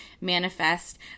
manifest